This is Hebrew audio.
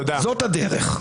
זאת הדרך.